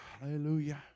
Hallelujah